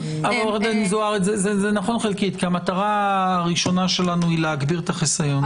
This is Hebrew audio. -- זה נכון חלקית כי מטרתנו הראשונה היא להגביר את החיסון.